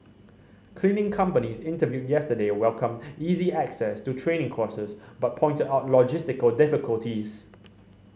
cleaning companies interviewed yesterday welcomed easy access to training courses but pointed out logistical difficulties